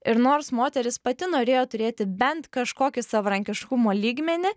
ir nors moteris pati norėjo turėti bent kažkokį savarankiškumo lygmenį